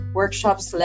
workshops